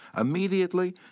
Immediately